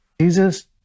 Jesus